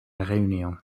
réunion